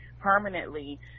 permanently